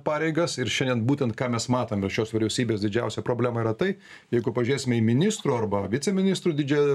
pareigas ir šiandien būtent ką mes matom ir šios vyriausybės didžiausia problema yra tai jeigu pažiūrėsime į ministro arba viceministro didžia